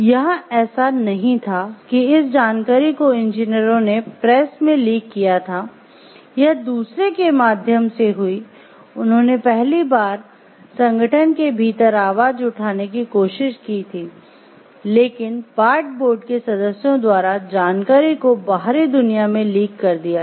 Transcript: यहाँ ऐसा नहीं था कि इस जानकारी को इंजीनियरों ने प्रेस मेँ लीक किया था यह दूसरे के माध्यम से हुई उन्होंने पहली बार संगठन के भीतर आवाज उठाने की कोशिश की थी लेकिन बार्ट बोर्ड के सदस्यों द्वारा जानकारी को बाहरी दुनिया मेँ लीक कर दिया गया